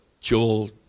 Joel